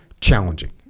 challenging